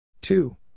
Two